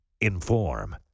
inform